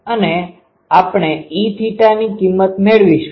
અને આપણે Eθની કિમત મેળવીશું